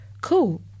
cool